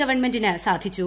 ഗവൺമെന്റിന് സാധിച്ചു